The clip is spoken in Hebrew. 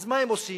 אז מה הם עושים?